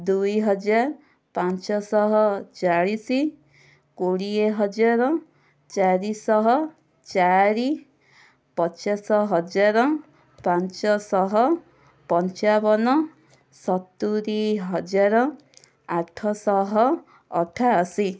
ଦୁଇହଜାର ପାଞ୍ଚଶହ ଚାଳିଶ କୋଡ଼ିଏ ହଜାର ଚାରିଶହ ଚାରି ପଚାଶ ହଜାର ପାଞ୍ଚଶହ ପଞ୍ଚାବନ ସତୁରୀ ହଜାର ଆଠଶହ ଅଠାଅଶି